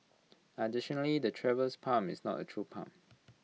additionally the Traveller's palm is not A true palm